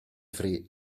free